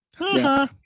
Yes